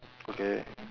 okay